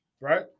right